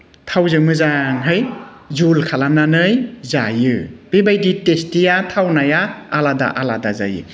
थावजों मोजांहाय जुल खालामनानै जायो बेबायदि टेस्टिया थावनाया आलादा आलादा जायो